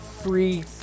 free